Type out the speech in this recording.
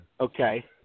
Okay